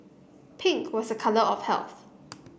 pink was a colour of health